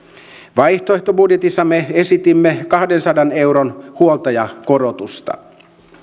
vaihtoehtobudjetissamme esitimme kahdensadan euron huoltajakorotusta